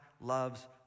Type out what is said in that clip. loves